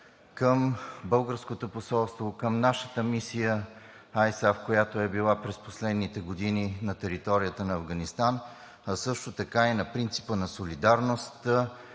към българското посолство, към нашата мисия ISAF, която е била през последните години на територията на Афганистан. Също така и на принципа на солидарност